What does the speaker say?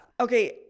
okay